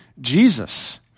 Jesus